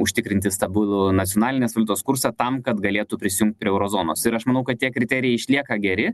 užtikrinti stabulų nacionalinės valiutos kursą tam kad galėtų prisijungt prie euro zonos ir aš manau kad tie kriterijai išlieka geri